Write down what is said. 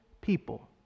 people